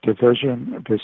division